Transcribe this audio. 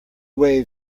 wave